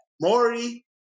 Maury